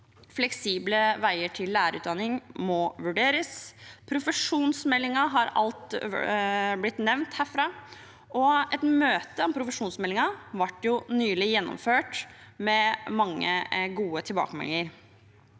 fleksible veier til lærerutdanning må vurderes, profesjonsmeldingen har alt blitt nevnt herfra, og et møte om profesjonsmeldingen ble nylig gjennomført, med mange gode tilbakemeldinger.